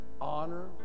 honor